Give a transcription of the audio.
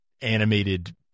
animated